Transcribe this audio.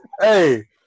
hey